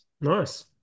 Nice